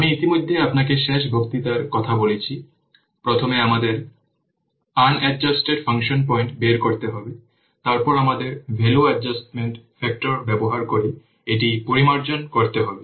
আমি ইতিমধ্যেই আপনাকে শেষ বক্তৃতার কথা বলেছি প্রথমে আমাদের আনএডজাস্টটেড ফাংশন পয়েন্ট বের করতে হবে তারপর আমাদের ভ্যালু অ্যাডজাস্টমেন্ট ফ্যাক্টর ব্যবহার করে এটি পরিমার্জন করতে হবে